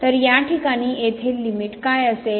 तर या ठिकाणी येथे हे लिमिट काय असेल